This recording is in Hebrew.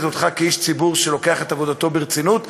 אותך כאיש ציבור שלוקח את עבודתו ברצינות,